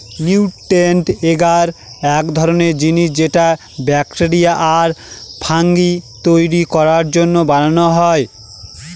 nutrient এগার এক ধরনের জিনিস যেটা ব্যাকটেরিয়া আর ফাঙ্গি তৈরী করার জন্য বানানো হয়